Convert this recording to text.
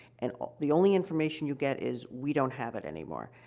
and the only information you get is, we don't have it anymore.